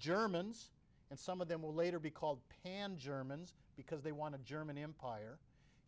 germans and some of them will later be called hand germans because they want to german empire